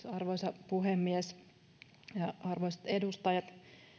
arvoisa puhemies ja arvoisat edustajat